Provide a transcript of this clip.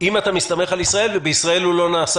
אם אתה מסתמך על ישראל, ובישראל הוא לא נעשה?